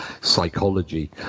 psychology